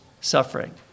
suffering